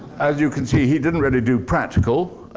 as you can see, he didn't really do practical.